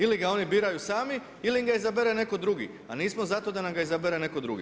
Ili ga oni biraju sami ili im ga izabere netko drugi a nismo zato da nam ga izabere netko drugi.